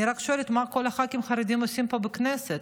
אני רק שואלת: מה כל הח"כים החרדים עושים פה בכנסת?